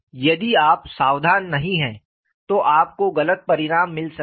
यदि आप सावधान नहीं हैं तो आपको गलत परिणाम मिल सकते हैं